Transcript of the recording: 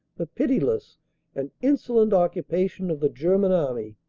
the pitiless and insolent occupation of the german army,